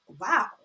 wow